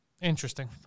Interesting